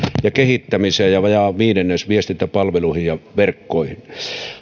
ja kehittämiseen ja vajaa viidennes viestintäpalveluihin ja verkkoihin